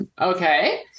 Okay